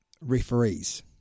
referees